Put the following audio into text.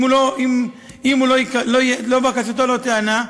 אם בקשתו לא תיענה,